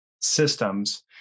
systems